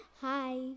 Hi